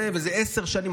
עשר שנים,